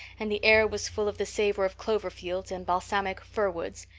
and the air was full of the savor of clover fields and balsamic fir woods,